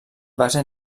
base